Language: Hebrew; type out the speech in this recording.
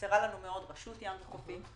חסרה לנו מאוד רשות ים וחופים,